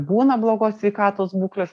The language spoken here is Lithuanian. būna blogos sveikatos būklės